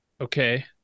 Okay